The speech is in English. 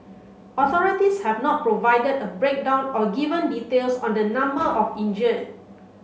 authorities have not provided a breakdown or given details on the number of injured